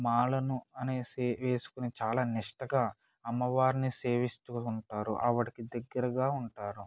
మాలను అనేసి వేసుకొని చాలా నిష్టగా అమ్మవార్ని సేవిస్తూ ఉంటారు ఆవిడకి దగ్గరగా ఉంటారు